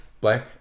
black